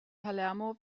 palermo